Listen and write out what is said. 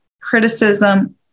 criticism